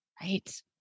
Right